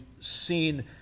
seen